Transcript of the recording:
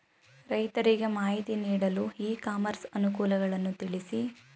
ರೈತರಿಗೆ ಮಾಹಿತಿ ನೀಡಲು ಇ ಕಾಮರ್ಸ್ ಅನುಕೂಲಗಳನ್ನು ತಿಳಿಸಿ?